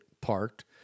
parked